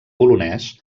polonès